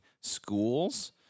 schools